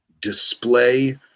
display